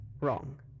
wrong